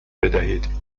بدهید